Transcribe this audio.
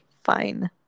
fine